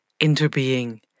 interbeing